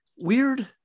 weird